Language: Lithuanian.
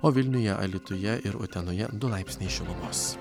o vilniuje alytuje ir utenoje du laipsniai šilumos